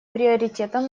приоритетов